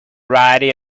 variety